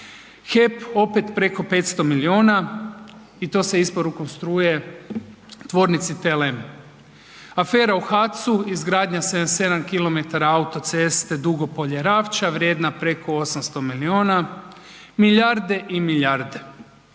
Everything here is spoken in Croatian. HEP opet preko 500 miliona i to sa isporukom struje tvornici TLM, afera u HAC-u izgradnja 77 km autoceste Dugopolje – Ravča vrijedna preko 800 miliona, milijarde i milijarde.